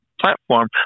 platform